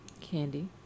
Candy